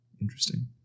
Interesting